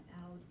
out